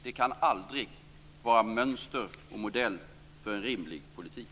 Det kan aldrig vara mönster och modell för en rimlig politik.